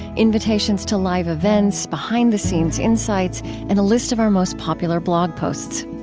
invitations to live events, behind-the-scenes insights, and a list of our most popular blog posts.